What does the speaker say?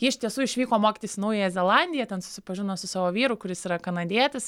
ji iš tiesų išvyko mokytis į naująją zelandiją ten susipažino su savo vyru kuris yra kanadietis